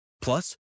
Plus